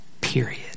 Period